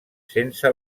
sense